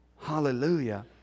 Hallelujah